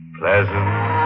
pleasant